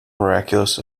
miraculous